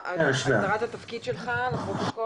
מה הגדרת תפקידך?